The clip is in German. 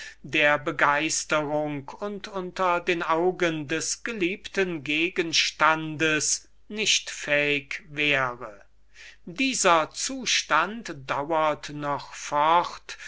der begeistrung und unter den augen des geliebten gegenstands nicht fähig wäre dieser zustand dauert noch fort